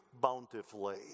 bountifully